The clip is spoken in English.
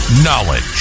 Knowledge